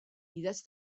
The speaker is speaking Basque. idatz